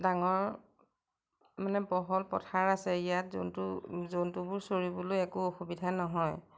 ডাঙৰ মানে বহল পথাৰ আছে ইয়াত জন্তু জন্তুবোৰ চৰিবলৈ একো অসুবিধা নহয়